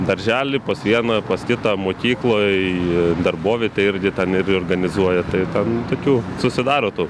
daržely pas vieną pas kitą mokykloj darbovietėj irgi ten ir organizuoja tai ten tokių susidaro tų